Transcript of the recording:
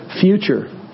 future